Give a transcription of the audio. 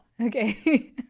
Okay